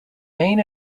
main